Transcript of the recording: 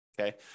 Okay